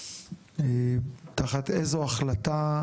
תחת איזו החלטה,